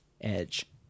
Edge